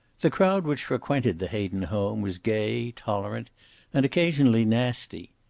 the crowd which frequented the hayden home was gay, tolerant and occasionally nasty.